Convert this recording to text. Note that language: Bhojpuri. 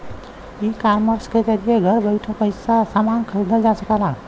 ईकामर्स के जरिये घर बैइठे समान खरीदल जा सकला